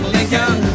Lincoln